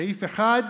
סעיף 1,